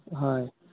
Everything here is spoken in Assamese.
হয়